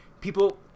people